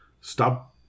Stop